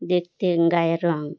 দেখতে গায় রঙ